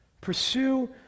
Pursue